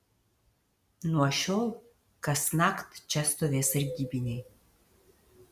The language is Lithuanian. nuo šiol kasnakt čia stovės sargybiniai